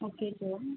okay sir